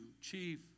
chief